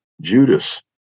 Judas